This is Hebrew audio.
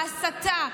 ההסתה,